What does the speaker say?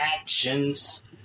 actions